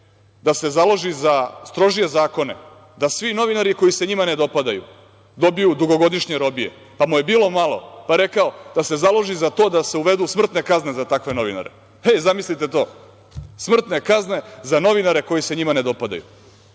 da se založi za strožije zakone, da svi novinari koji se njima ne dopadaju dobiju dugogodišnje robije. Bilo mu je malo, pa je rekao da se založi za to da se uvedu smrtne kazne za takve novinare. Zamislite to, smrtne kazne za novinare koji se njima ne dopadaju,